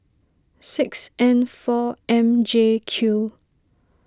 six N four M J Q